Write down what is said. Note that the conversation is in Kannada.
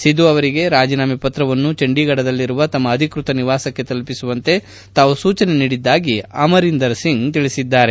ಸಿಧು ಅವರಿಗೆ ರಾಜೀನಾಮೆ ಪತ್ರವನ್ನು ಚಂಡೀಗಢದಲ್ಲಿರುವ ತಮ್ಮ ಅಧಿಕೃತ ನಿವಾಸಕ್ಕೆ ತಲುಪಿಸುವಂತೆ ತಾವು ಸೂಚನೆ ನೀಡಿದ್ದಾಗಿ ಅಮರಿಂದರ್ ಸಿಂಗ್ ತಿಳಿಸಿದ್ದಾರೆ